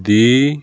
ਦੀ